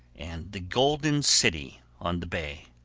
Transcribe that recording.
and the golden city on the bay.